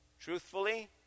Truthfully